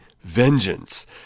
vengeance